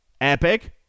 epic